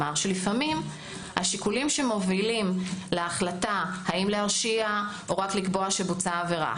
שלפעמים השיקולים שמובילים להחלטה אם להרשיע או רק לקבוע שבוצעה עבירה,